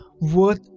worth